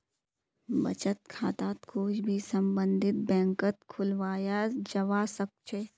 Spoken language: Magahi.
बचत खाताक कोई भी सम्बन्धित बैंकत खुलवाया जवा सक छे